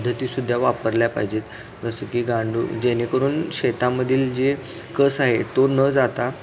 पद्धतीसुद्धा वापरल्या पाहिजेत जसं की गांडूळ जेणेकरून शेतामधील जे कस आहे तो न जाता